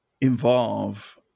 involve